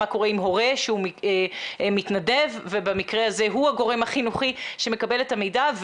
מה קורה עם הורה שמתנדב ובמקרה הזה הוא הגורם החינוכי שמקבל את המידע,